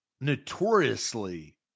notoriously